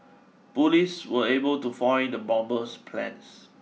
police were able to foil the bomber's plans